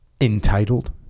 Entitled